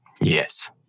Yes